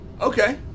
Okay